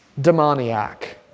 demoniac